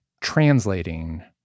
translating